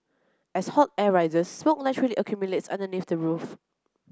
as hot air rises smoke naturally accumulates underneath the roof